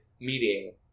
meeting